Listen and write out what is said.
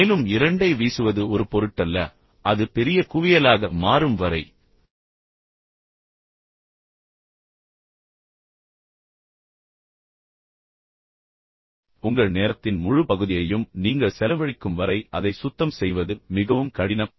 மேலும் இரண்டை வீசுவது ஒரு பொருட்டல்ல அது பெரிய குவியலாக மாறும் வரை உங்கள் நேரத்தின் முழு பகுதியையும் நீங்கள் செலவழிக்கும் வரை அதை சுத்தம் செய்வது மிகவும் கடினம்